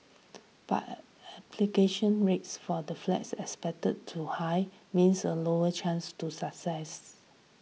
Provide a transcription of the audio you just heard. but application rates for these flats are expected to high means a lower chance to success